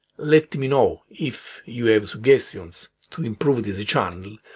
let me know if you have suggestions to improve this channel,